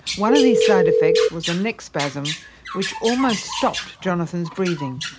one of these side-effects was a neck spasm which almost stopped jonathan's breathing.